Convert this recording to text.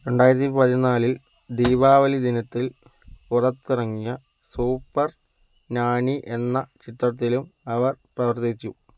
രണ്ടായിരത്തി പതിനാലിൽ ദീപാവലി ദിനത്തിൽ പുറത്തിറങ്ങിയ സൂപ്പർ നാനി എന്ന ചിത്രത്തിലും അവർ പ്രവർത്തിച്ചു